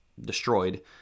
destroyed